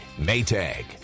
Maytag